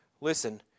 Listen